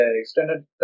extended